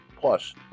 Plus